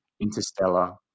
Interstellar